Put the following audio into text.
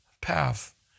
path